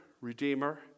redeemer